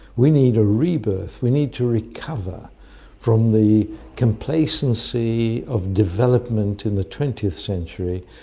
we need a rebirth. we need to recover from the complacency of development in the twentieth century,